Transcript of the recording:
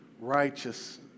righteous